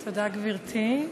תודה, רבותי.